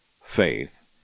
faith